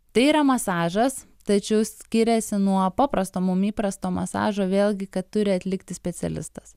tai yra masažas tačiau skiriasi nuo paprasto mum įprasto masažo vėlgi kad turi atlikti specialistas